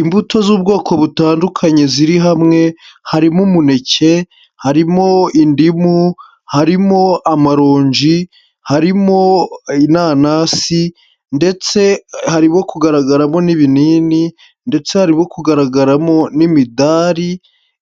Imbuto z'ubwoko butandukanye ziri hamwe, harimo umuneke, harimo indimu, harimo amaronji, harimo inanasi ndetse harimo kugaragaramo n'ibinini ndetse harimo kugaragaramo n'imidari,